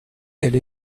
elle